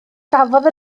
safodd